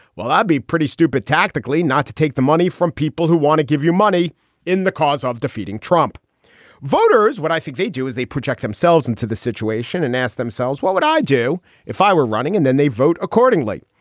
well, i'd be pretty stupid tactically not to take the money from people who want to give you money in the cause of defeating trump voters. what i think they do is they project themselves into the situation and ask themselves, why would i do if i were running? and then they vote accordingly.